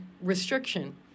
restriction